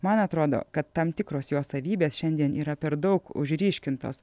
man atrodo kad tam tikros jo savybės šiandien yra per daug užryškintos